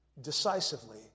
decisively